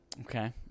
Okay